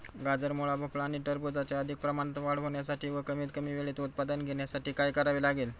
गाजर, मुळा, भोपळा आणि टरबूजाची अधिक प्रमाणात वाढ होण्यासाठी व कमीत कमी वेळेत उत्पादन घेण्यासाठी काय करावे लागेल?